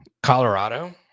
Colorado